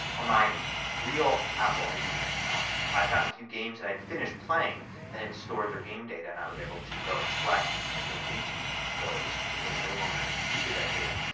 on my real apple id account i found a few games that i'd finished playing that had stored their game data and i was able to go and select and delete those as i no longer needed that data.